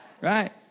right